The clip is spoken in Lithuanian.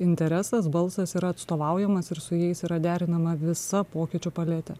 interesas balsas yra atstovaujamas ir su jais yra derinama visa pokyčių paletė